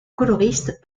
coloriste